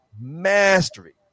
mastery